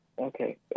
Okay